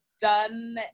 done